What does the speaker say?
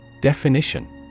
Definition